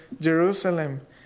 Jerusalem